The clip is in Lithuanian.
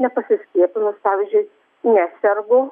nepasiskiepinus pavyzdžiui nesergu